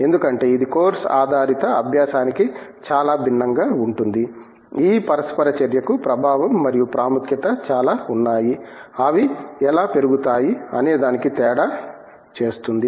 ఎందుకంటే ఇది కోర్సు ఆధారిత అభ్యాసానికి చాలా భిన్నంగా ఉంటుంది ఈ పరస్పర చర్యకు ప్రభావం మరియు ప్రాముఖ్యత చాలా ఉన్నాయి అవి ఎలా పెరుగుతాయి అనేదానికి తేడా చేస్తుంది